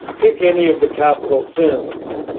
pick any of the capital sins.